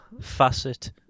facet